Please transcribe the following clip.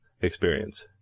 experience